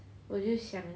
我就想